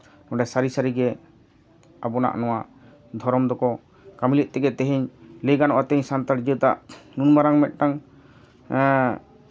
ᱚᱸᱰᱮ ᱥᱟᱹᱨᱤ ᱥᱟᱹᱨᱤᱜᱮ ᱟᱵᱚᱱᱟᱜ ᱱᱚᱣᱟ ᱫᱷᱚᱨᱚᱢ ᱫᱚᱠᱚ ᱠᱟᱹᱢᱤ ᱞᱮᱫ ᱛᱮᱜᱮ ᱛᱮᱦᱤᱧ ᱞᱟᱹᱭ ᱜᱟᱱᱚᱜᱼᱟ ᱛᱮᱦᱤᱧ ᱥᱟᱱᱛᱟᱲ ᱡᱟᱹᱛᱟᱜ ᱱᱩᱱ ᱢᱟᱨᱟᱝ ᱢᱤᱫᱴᱟᱱ ᱮᱸᱜ